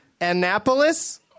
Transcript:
Annapolis